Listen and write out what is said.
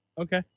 Okay